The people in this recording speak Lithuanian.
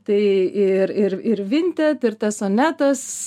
tai ir ir ir vinted ir tas sonetas